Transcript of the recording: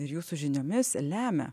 ir jūsų žiniomis lemia